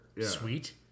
sweet